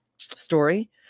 story